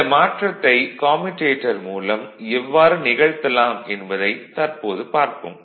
இந்த மாற்றத்தை கம்யூடேட்டர் மூலம் எவ்வாறு நிகழ்த்தலாம் என்பதைத் தற்போது பார்ப்போம்